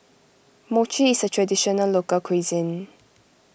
Mochi is a Traditional Local Cuisine